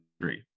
three